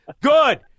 Good